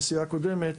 הנשיאה הקודמת,